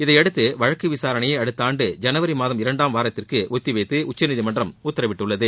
இதையடுத்து வழக்கு விசாரணையை அடுத்தாண்ட ஜனவரி மாதம் இரண்டாவது வாரத்திற்கு ஒத்திவைத்து உச்ச நீதிமன்றம் உத்தரவிட்டுள்ளது